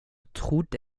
trodde